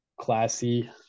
Classy